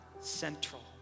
central